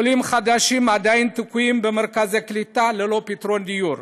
עולים חדשים עדיין תקועים במרכזי קליטה ללא פתרון דיור,